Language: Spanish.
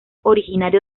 originario